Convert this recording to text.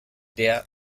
der